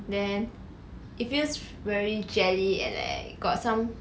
then it feels very jelly and then got some